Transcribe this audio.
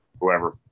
Whoever